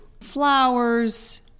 flowers